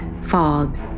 fog